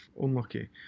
Unlucky